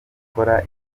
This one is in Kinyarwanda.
ikora